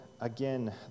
again